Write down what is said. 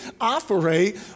operate